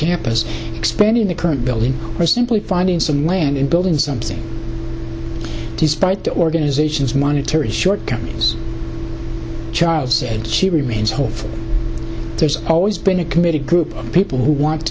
campus expanding current building or simply finding some land and building something despite the organization's monetary short companies child said she remains hopeful there's always been a committed group of people who want